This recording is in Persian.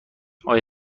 آیا